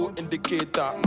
indicator